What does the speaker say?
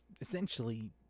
essentially